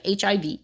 HIV